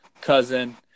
cousin